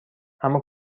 اما